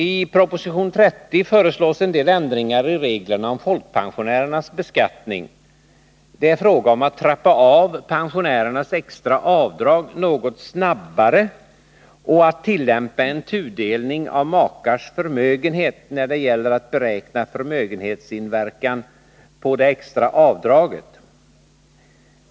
I proposition 30 föreslås en del ändringar i reglerna om folkpensionärernas beskattning. Det är fråga om att trappa av pensionärernas extra avdrag något snabbare och att tillämpa en tudelning av makars förmögenhet när det gäller att beräkna förmögenhetsinverkan på det extra avdraget.